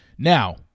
Now